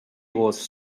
was